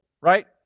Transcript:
right